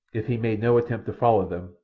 if he made no attempt to follow them,